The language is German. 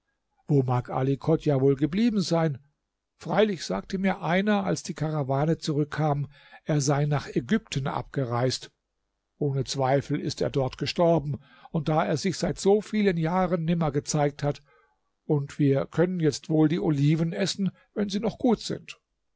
ali chodjah wohl geblieben sein freilich sagte mir einer als die karawane zurückkam er sei nach ägypten abgereist ohne zweifel ist er dort gestorben da er sich seit so vielen jahren nimmer gezeigt hat und wir können jetzt wohl die oliven essen wenn sie noch gut sind